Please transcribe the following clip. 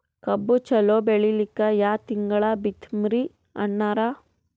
ಕಬ್ಬು ಚಲೋ ಬೆಳಿಲಿಕ್ಕಿ ಯಾ ತಿಂಗಳ ಬಿತ್ತಮ್ರೀ ಅಣ್ಣಾರ?